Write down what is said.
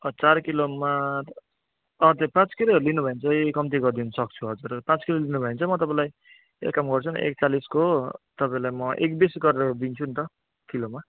चार किलोमा त्यो पाँच किलोहरू लिनुभयो भने चाहिँ कम्ती गरिदिन सक्छु हजुर पाँच किलो लिनुभयो भने चाहिँ म तपाईँलाई एक काम गर्छु नि एक चालिसको तपाईँलाई म एक बिस गरेर दिन्छु नि त किलोमा